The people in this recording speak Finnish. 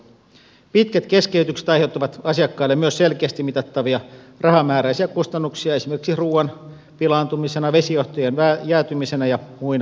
pitkät keskeytykset aiheuttavat asiakkaille myös selkeästi mitattavia rahamääräisiä kustannuksia esimerkiksi ruuan pilaantumisena vesijohtojen jäätymisenä ja muina vahinkoina